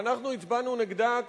ואנחנו הצבענו נגדה כי,